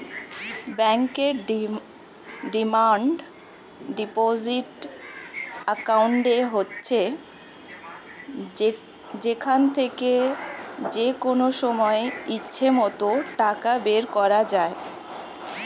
ব্যাংকের demand deposit account হচ্ছে যেখান থেকে যেকনো সময় ইচ্ছে মত টাকা বের করা যায়